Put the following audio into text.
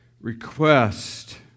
request